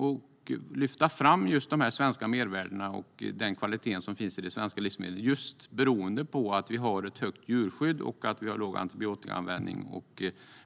Det handlar om att lyfta fram de svenska mervärdena och den kvalitet som finns i livsmedlen just beroende på att vi har ett högt djurskydd och en låg antibiotikaanvändning.